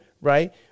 Right